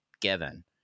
given